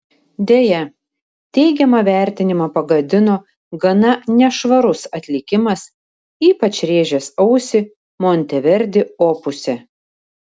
deja teigiamą vertinimą pagadino gana nešvarus atlikimas ypač rėžęs ausį monteverdi opuse